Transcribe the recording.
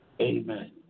Amen